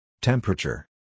Temperature